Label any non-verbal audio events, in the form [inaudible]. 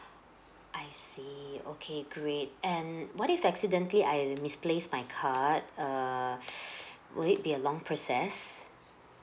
I see okay great and what if accidentally I misplace my card err [breath] will it be a long process